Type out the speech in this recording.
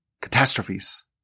catastrophes